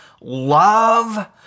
love